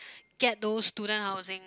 get those student housing